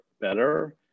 better